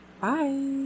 Bye